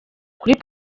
kuri